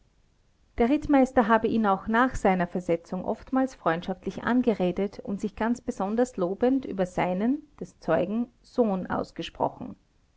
der rittmeister habe ihn auch nach seiner versetzung oftmals freundschaftlich angeredet und sich ganz besonders lobend über seinen des zeugen sohn ausgesprochen